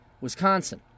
Wisconsin